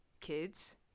kids